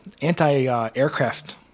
anti-aircraft